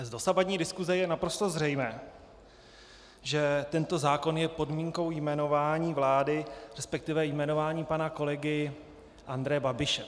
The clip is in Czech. Z dosavadní diskuse je naprosto zřejmé, že tento zákon je podmínkou jmenování vlády, respektive jmenování pana kolegy Andreje Babiše.